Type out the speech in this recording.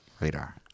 radar